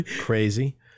crazy